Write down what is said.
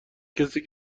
کسی